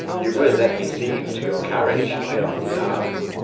you will let me see you to your carriage, my own darling?